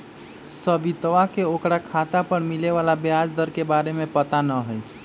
सवितवा के ओकरा खाता पर मिले वाला ब्याज दर के बारे में पता ना हई